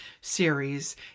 series